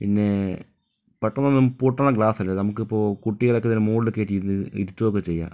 പിന്നെ പെട്ടന്നൊന്നും പൊട്ടുന്ന ഗ്ലാസല്ല ഇത് നമുക്കിപ്പോൾ കുട്ടികളെയൊക്കെ ഇതിന് മുകളില് കയറ്റി ഇരുത്തുക ഒക്കെ ചെയ്യാം